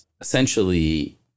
essentially